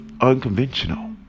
unconventional